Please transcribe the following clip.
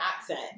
accent